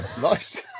Nice